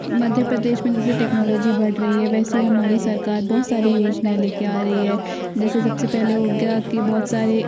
मध्य प्रदेश में जैसे टेक्नोलॉजी बढ़ रही है वैसे हमारी सरकार बहुत सारी योजनाएँ ले कर आ रही है जैसे सब से पहले हो गया कि बहुत सारे